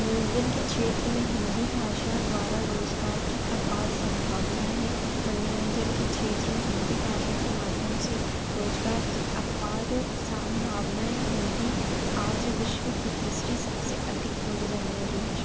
मनोरंजन के क्षेत्र में हिन्दी भाषा द्वारा रोज़गार की अपार संभावनाएं हैं मनोरंजन के क्षेत्र में हिन्दी भाषा के माध्यम से रोज़गार की अपार संभावनाएं हिन्दी आज विश्व की तीसरी सबसे अतिक बोले जाने वाली भाषा